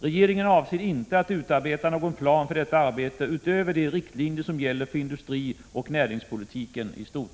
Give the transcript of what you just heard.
Regeringen avser inte att utarbeta någon plan för detta arbete utöver de riktlinjer som gäller för industrioch näringspolitiken i stort.